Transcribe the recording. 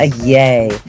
Yay